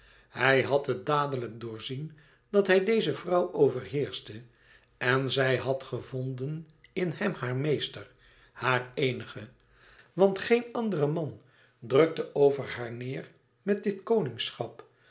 hij had het dadelijk doorzien dat hij deze vrouw overheerschte en zij had gevonden in hem haar meester haar eenige want geen andere man drukte over haar neêr met dit